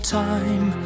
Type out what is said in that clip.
time